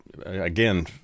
again